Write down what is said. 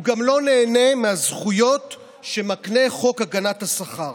הוא גם לא נהנה מהזכויות שמקנה חוק הגנת השכר.